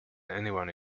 anyone